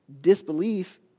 Disbelief